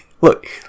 Look